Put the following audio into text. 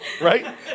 Right